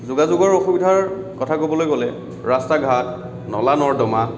যোগাযোগৰ অসুবিধাৰ কথা ক'বলৈ গ'লে ৰাস্তা ঘাট নলা নৰ্দমা